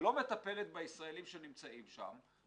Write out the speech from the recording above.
לא מטפלת בישראלים שנמצאים שם.